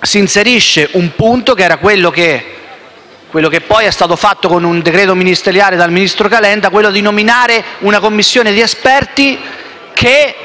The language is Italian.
si inserisce una norma, quella che poi è stata varata con decreto ministeriale dal ministro Calenda, per nominare una commissione di esperti che